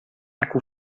akku